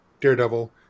Daredevil